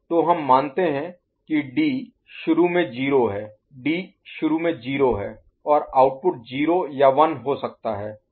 तो हम मानते हैं कि डी शुरू में 0 है डी शुरू में 0 है और आउटपुट 0 या 1 हो सकता है